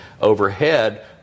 overhead